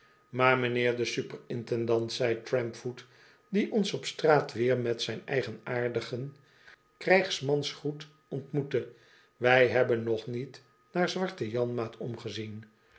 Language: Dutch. maar m'nheer de super intendant zei trampfoot die ons op straat weer met zijn eigenaardigen krijgsmansgroet ontmoette wij hebben nog niet naar zwarten janmaat omgezien